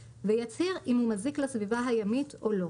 ויצהיר אם הוא מזיק לסביבה הימית או לא,